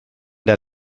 der